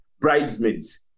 bridesmaids